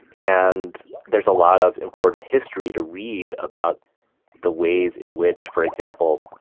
and there's a lot of important history to read about the ways in which, for example,